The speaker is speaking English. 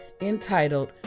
entitled